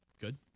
Good